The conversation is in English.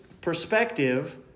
perspective